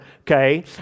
okay